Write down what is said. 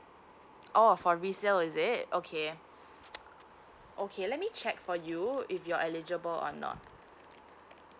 oh for resale is it okay okay let me check for you if you're eligible or not